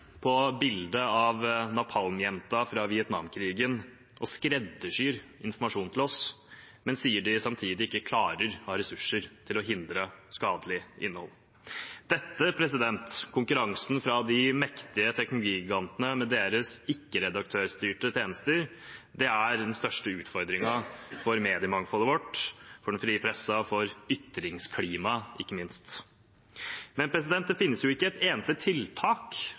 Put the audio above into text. på bildet av napalmjenta fra Vietnamkrigen og skreddersyr informasjon til oss, men sier de samtidig ikke klarer å ha ressurser til å hindre skadelig innhold. Dette – konkurransen fra de mektige teknologigigantene med deres ikke-redaktørstyrte tjenester – er den største utfordringen for mediemangfoldet vårt, for den frie pressen og for ytringsklimaet ikke minst. Men det finnes ikke et eneste tiltak